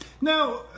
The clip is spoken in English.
Now